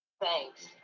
thanks